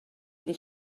iddi